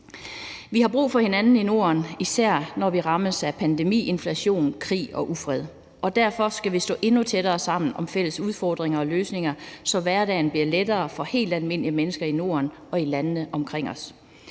Vi har brug for hinanden i Norden, især når vi rammes af pandemi, inflation og krig og ufred. Derfor skal vi stå endnu tættere sammen om fælles udfordringer og løsninger, så hverdagen bliver lettere for helt almindelige mennesker i Norden og i landene omkring os.